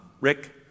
Rick